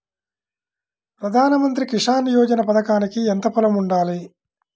ప్రధాన మంత్రి కిసాన్ యోజన పథకానికి ఎంత పొలం ఉండాలి?